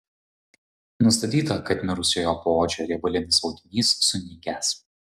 nustatyta kad mirusiojo poodžio riebalinis audinys sunykęs